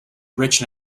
rich